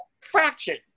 fraction